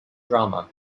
drama